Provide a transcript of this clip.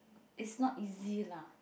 is not easy lah